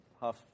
half